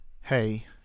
hey